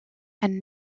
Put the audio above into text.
and